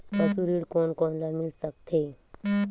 पशु ऋण कोन कोन ल मिल सकथे?